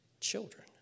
children